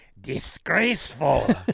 disgraceful